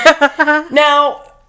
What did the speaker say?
Now